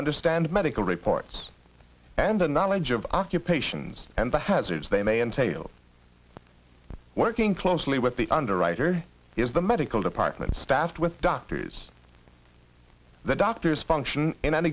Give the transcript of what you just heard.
understand medical reports and the knowledge of occupations and the hazards they may entail working closely with the underwriter is the medical department staffed with doctors the doctors function